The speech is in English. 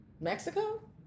Mexico